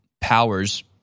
powers